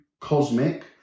Cosmic